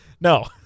No